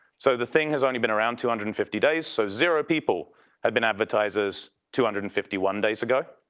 so the thing has only been around two hundred and fifty days, so zero people have been advertisers two hundred and fifty one days ago.